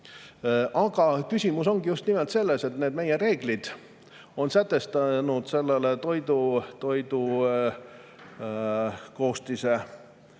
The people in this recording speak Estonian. Aga küsimus ongi just nimelt selles, et meie reeglid sätestavad sellele toidu koostise kleepsule